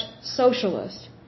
socialist